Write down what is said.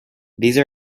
these